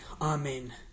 Amen